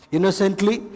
Innocently